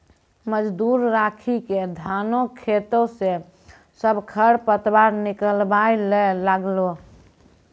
मजदूर राखी क धानों खेतों स सब खर पतवार निकलवाय ल लागलै